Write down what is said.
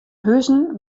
huzen